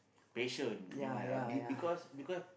patient know why ah be because because